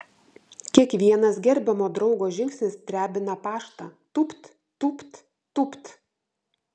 kiekvienas gerbiamo draugo žingsnis drebina paštą tūpt tūpt tūpt